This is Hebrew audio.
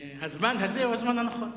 והזמן הזה הוא הזמן הנכון.